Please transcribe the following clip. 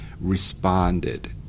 responded